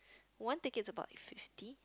one ticket is about fifty